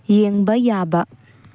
ꯌꯦꯡꯕ ꯌꯥꯕ